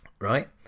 right